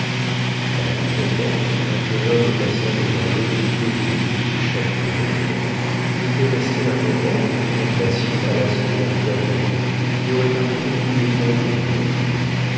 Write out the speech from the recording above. a la nuit tombante un jeune homme passant devant l'obscure boutique du chat qui pelote y était resté un moment en contemplation à l'aspect d'un tableau qui aurait arrêté tous les peintres du monde